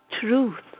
truth